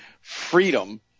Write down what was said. freedom